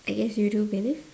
I guess you do believe